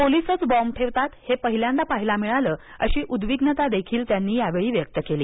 पोलिसच bomb ठेवतात हे पहिल्यांदा पाहायला मिळालं अशी उद्विगनतादेखील त्यांनी यावेळी व्यक्त केली